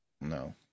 no